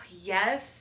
Yes